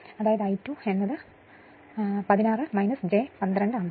അതായത് I2 എന്നത് 16 j 12 Ampere ആയിരിക്കും